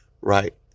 right